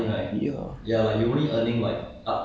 commission okay